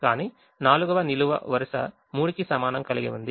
కానీ 4వ నిలువు వరుస 3కి సమానం కలిగి ఉంది